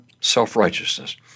self-righteousness